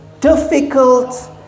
difficult